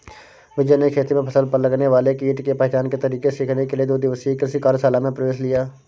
विजय ने खेती में फसल पर लगने वाले कीट के पहचान के तरीके सीखने के लिए दो दिवसीय कृषि कार्यशाला में प्रवेश लिया